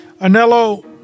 Anello